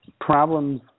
problems